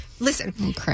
Listen